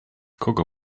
kogo